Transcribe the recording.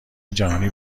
جهانی